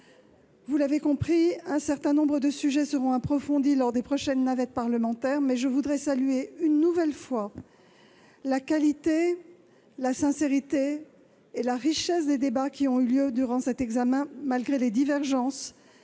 les sénateurs, un certain nombre de sujets seront approfondis lors des prochaines navettes parlementaires, mais je voudrais saluer une nouvelle fois la qualité, la sincérité et la richesse de nos débats, malgré les divergences